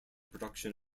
production